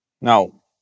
Now